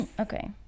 okay